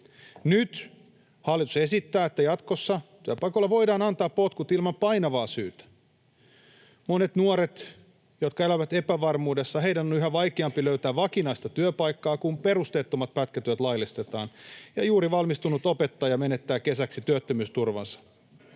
Nyt hallitus esittää, että jatkossa työpaikoilla voidaan antaa potkut ilman painavaa syytä. Monien nuorten, jotka elävät epävarmuudessa, on yhä vaikeampi löytää vakinaista työpaikkaa, kun perusteettomat pätkätyöt laillistetaan ja juuri valmistunut opettaja menettää kesäksi työttömyysturvansa.